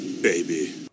baby